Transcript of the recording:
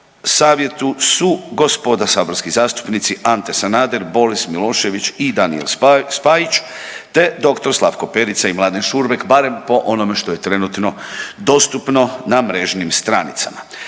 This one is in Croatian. savjetu su gospoda saborski zastupnici Ante Sanader, Boris Milošević i Daniel Spajić te dr. Slavko Perica i Mladen Šurbek barem po onome što je trenutno dostupno na mrežnim stranicama.